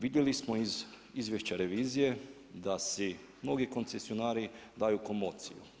Vidjeli smo iz izvješća revizije, da si novi koncesionari daju komocije.